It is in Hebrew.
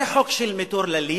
זה חוק של מטורללים.